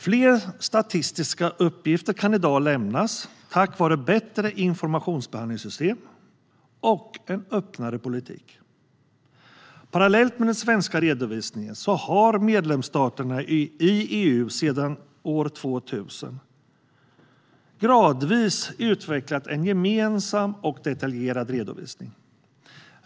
Fler statistiska uppgifter kan i dag lämnas tack vare bättre informationsbehandlingssystem och en öppnare politik. Parallellt med den svenska redovisningen har medlemsstaterna i EU sedan år 2000 gradvis utvecklat en gemensam och detaljerad redovisning.